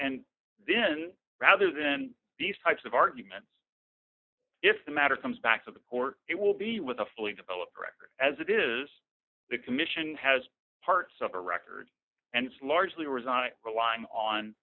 and then rather then these types of arguments if the matter comes back to the court it will be with a fully developed record as it is the commission has parts of a record and it's largely resigned relying on